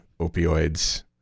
opioids